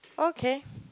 okay